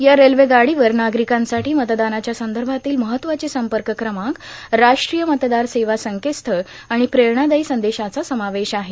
या रेल्वेगाडीवर नागरिकांसाठी मतदानाच्या संदर्भातील महत्वाचे संपर्क क्रमांक राष्ट्रीय मतदार सेवा संकेतस्थळ आणि प्रेरणादायी संदेशाचा समावेश आहे